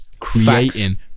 creating